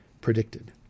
predicted